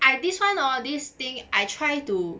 I this one all this thing I try to